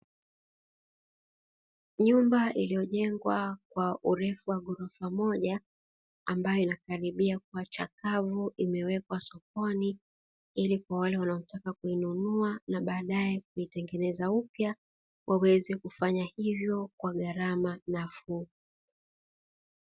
Nyumba iliyojengwa kwa urefu wa ghorofa moja ambayo inakaribia kuwa chakavu imewekwa sokoni ili kwa wale wanaotaka kuinunua na baadae kuitengeneza upya waweze kufanya hivyo kwa gharama nafuu.